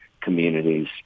communities